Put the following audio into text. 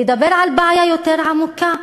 לדבר על בעיה יותר עמוקה.